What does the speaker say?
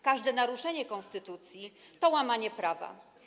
Każde naruszenie konstytucji to łamanie prawa.